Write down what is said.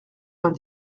vingt